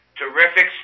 Terrific